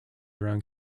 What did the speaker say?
around